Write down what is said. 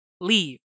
leave